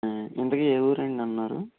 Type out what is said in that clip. ఇంతకీ ఏ ఊరండి అన్నారు